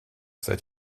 seid